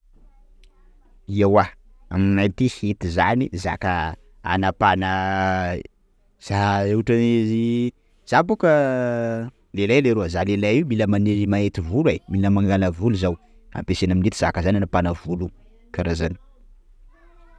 Ewa aminay aty fihety zany zaka anapahana za- ohatra hoe: za bôka lehilahy leroa! _x000D_ Za lehilay io mila man- manety volo e! _x000D_ Mila mangala volo zaho, ampiasaina amin'ny hety zaka zany anapahana volo io. _x000D_ Kara zany.